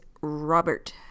Robert